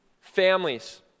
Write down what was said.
families